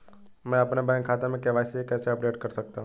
मैं अपने बैंक खाते में के.वाई.सी कैसे अपडेट कर सकता हूँ?